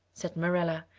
said marilla,